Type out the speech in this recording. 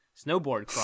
snowboard